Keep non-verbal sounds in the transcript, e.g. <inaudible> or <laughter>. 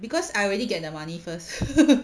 because I already get the money first <laughs>